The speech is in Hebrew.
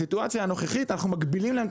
בסיטואציה הנוכחית אנחנו מגבילים להם את